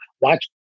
Watch